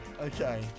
Okay